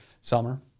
summer